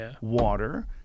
water